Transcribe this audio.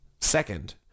Second